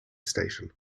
station